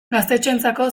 gaztetxoentzako